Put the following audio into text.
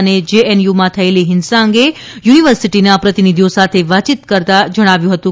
અને જેએનયુમાં થયેલી હિંસા અંગે યુનિવર્સિટીના પ્રતિનિધિઓ સાથે વાતયીત કરવા જણાવ્યું હતું